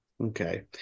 Okay